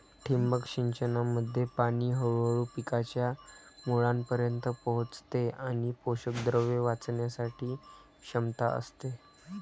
ठिबक सिंचनामध्ये पाणी हळूहळू पिकांच्या मुळांपर्यंत पोहोचते आणि पोषकद्रव्ये वाचवण्याची क्षमता असते